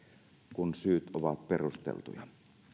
kun syyt ovat perusteltuja